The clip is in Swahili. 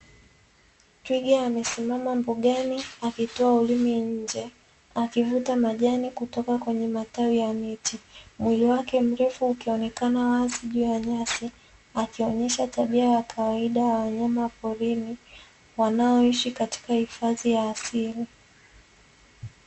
Twiga amesimama mbugani akitoa ulimi nje akivuta majani kutoka kwenye matawi ya miti. Mwili wake mrefu ukionekana wazi juu ya nyasi akionesha tabia ya kawaida ya wanyama wa porini wanaoishi katika hifadhi ya asili.